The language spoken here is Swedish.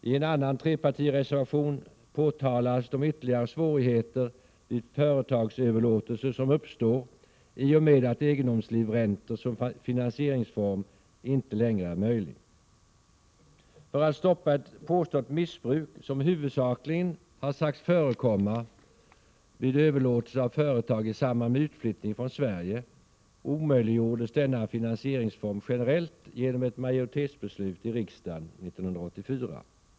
I en annan trepartireservation påtalas de ytterligare svårigheter vid företagsöverlåtelse som uppstår i och med att egendomslivräntor som finansieringsform inte längre är möjlig. För att stoppa ett påstått missbruk, som har sagts förekomma huvudsakligen vid överlåtelse av företag i samband med utflyttning från Sverige, omöjliggjordes denna finansieringsform generellt genom ett majoritetsbeslut i riksdagen 1984.